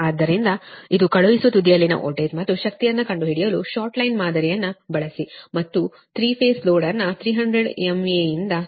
ಆದ್ದರಿಂದ ಕಳುಹಿಸುವ ತುದಿಯಲ್ಲಿನ ವೋಲ್ಟೇಜ್ ಮತ್ತು ಶಕ್ತಿಯನ್ನು ಕಂಡುಹಿಡಿಯಲು ಶಾರ್ಟ್ ಲೈನ್ ಮಾದರಿಯನ್ನು ಬಳಸಿ ಮತ್ತು ಮಾರ್ಗ 3 ಪೇಸ್ ಲೋಡ್ ಅನ್ನು 300 MVAಯಿಂದ 0